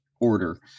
order